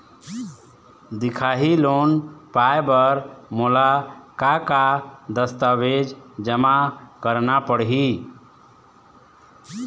दिखाही लोन पाए बर मोला का का दस्तावेज जमा करना पड़ही?